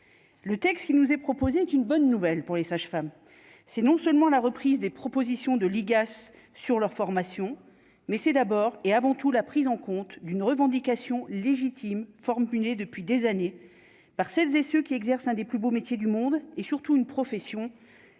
le texte qui nous est proposé qu'une bonne nouvelle pour les sages-femmes, c'est non seulement la reprise des propositions de l'IGAS sur leur formation, mais c'est d'abord et avant tout la prise en compte d'une revendication légitime formulées depuis des années par celles et ceux qui exercent un des plus beau métier du monde et surtout une profession